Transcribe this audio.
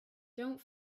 don‘t